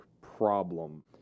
problem